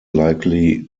likely